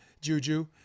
Juju